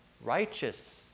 righteous